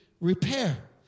repair